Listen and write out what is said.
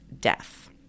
death